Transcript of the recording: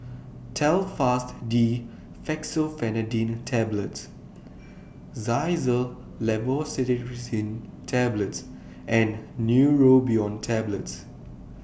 Telfast D Fexofenadine Tablets Xyzal Levocetirizine Tablets and Neurobion Tablets